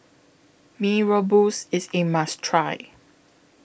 Mee Rebus IS A must Try